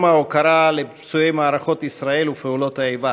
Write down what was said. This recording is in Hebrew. לסדר-היום בנושא: ציון יום ההוקרה לפצועי מערכות ישראל ופעולות האיבה,